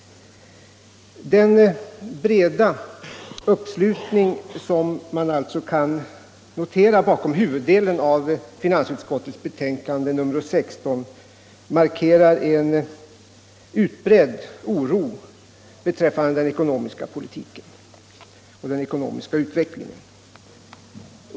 Den breda uppslutning som man alltså kan notera bakom huvuddelen av finansutskottets betänkande nr 16 markerar en utbredd oro beträffande den ekonomiska politiken och den ekonomiska utvecklingen.